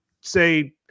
say